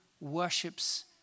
worships